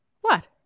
What